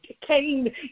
Cain